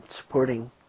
supporting